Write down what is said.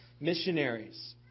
missionaries